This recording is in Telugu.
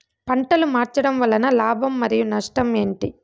పంటలు మార్చడం వలన లాభం మరియు నష్టం ఏంటి